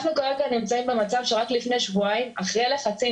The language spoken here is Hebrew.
אנחנו כרגע נמצאים במצב שרק לפני שבועיים אחרי לחצים,